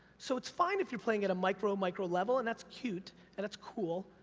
so it's fine if you're playing at a micro, micro level and that's cute, and that's cool,